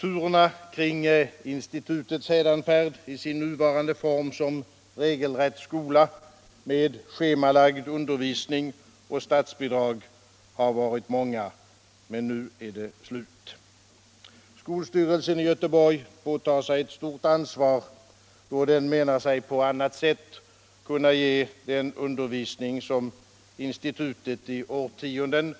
Turerna kring institutets hädanfärd i sin nuvarande form som regelrätt skola med schemalagd undervisning och statsbidrag har varit många, men nu är det slut. Skolstyrelsen i Göteborg åtar sig ett stort ansvar då den anser sig på annat sätt kunna ge den undervisning som institutet i årtionden